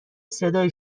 صدایی